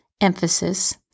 emphasis